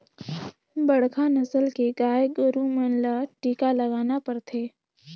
बड़खा नसल के गाय गोरु मन ल टीका लगाना परथे